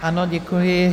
Ano, děkuji.